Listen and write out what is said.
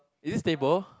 is it stable